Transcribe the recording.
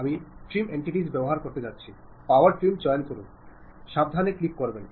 നിങ്ങൾ പുറമേ ആശയവിനിമയം നടത്തുമ്പോൾ സമചിത്തത നിലനിർത്തുക